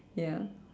ya